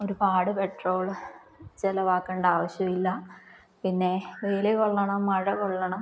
ഒരുപാട് പെട്രോള് ചെലവാക്കേണ്ട ആവശ്യമില്ല പിന്നെ വെയിൽ കൊള്ളണം മഴ കൊള്ളണം